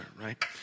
right